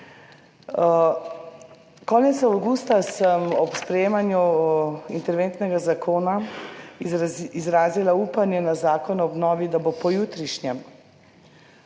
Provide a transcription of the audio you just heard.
Konec avgusta sem ob sprejemanju interventnega zakona izrazila upanje na Zakon o obnovi, da bo pojutrišnjem.